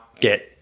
get